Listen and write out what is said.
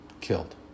killed